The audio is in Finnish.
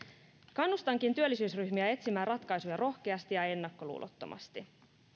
kannustankin työllisyysryhmiä etsimään ratkaisuja rohkeasti ja ennakkoluulottomasti